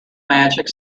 magic